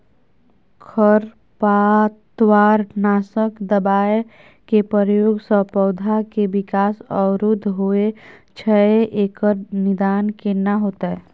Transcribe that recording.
खरपतवार नासक दबाय के प्रयोग स पौधा के विकास अवरुध होय छैय एकर निदान केना होतय?